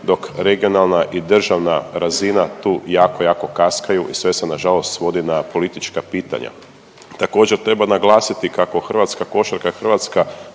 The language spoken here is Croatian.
dok regionalna i državna razina tu jako, jako kaskaju i sve se nažalost svodi na politička pitanja. Također treba naglasiti kako hrvatska košarka i hrvatska